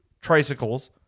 tricycles